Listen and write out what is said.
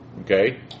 Okay